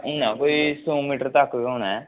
होना कोई सौ मीटर तक गै होना ऐ